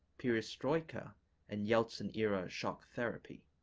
perestroika and yeltsin-era shock therapy.